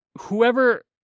whoever